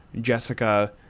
Jessica